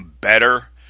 better